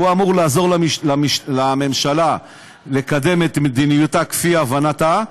הוא אמור לעזור לממשלה לקדם את מדיניותה לפי הבנתה,